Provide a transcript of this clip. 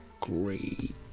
Great